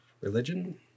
religion